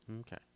Okay